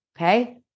okay